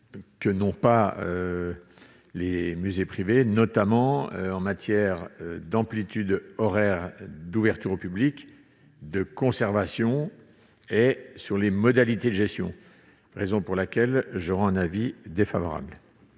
que n'ont pas les musées privés, notamment en matière d'amplitude des horaires d'ouverture au public, de conservation ou de modalités de gestion. C'est la raison pour laquelle j'émets un avis défavorable